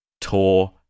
tour